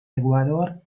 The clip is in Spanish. ecuador